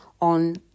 on